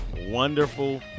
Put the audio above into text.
wonderful